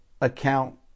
account